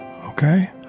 Okay